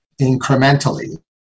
incrementally